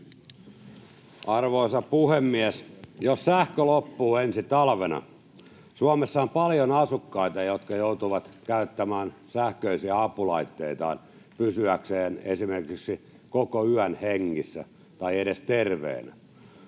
Arvoisa puhemies! Jos sähkö loppuu ensi talvena, Suomessa on paljon asukkaita, jotka joutuvat käyttämään sähköisiä apulaitteitaan pysyäkseen esimerkiksi koko yön hengissä tai terveenä.